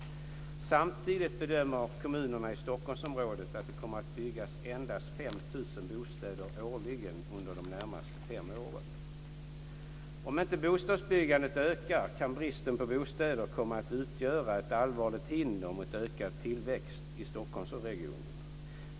Samtidigt bedömer kommunerna i Stockholmsområdet att det kommer att byggas endast 5 000 bostäder årligen under de närmaste fem åren. Om inte bostadsbyggandet ökar kan bristen på bostäder komma att utgöra ett allvarligt hinder mot ökad tillväxt i Stockholmsregionen.